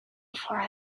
before